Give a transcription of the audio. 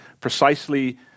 precisely